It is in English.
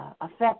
affect